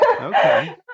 Okay